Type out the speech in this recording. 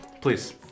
Please